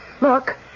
Look